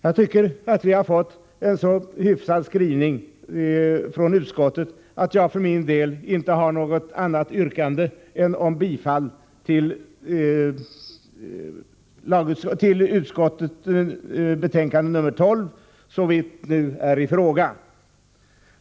Jag tycker att utskottet har gjort en så hyfsad skrivning att jag för min del inte har något annat yrkande än om bifall till utskottets hemställan i betänkande 12 såvitt nu är i fråga.